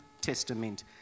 Testament